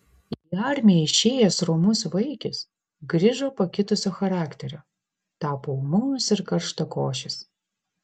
į armiją išėjęs romus vaikis grįžo pakitusio charakterio tapo ūmus ir karštakošis